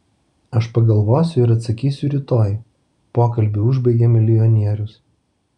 aš pagalvosiu ir atsakysiu rytoj pokalbį užbaigė milijonierius